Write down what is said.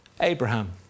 Abraham